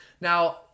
Now